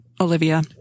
Olivia